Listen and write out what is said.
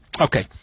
Okay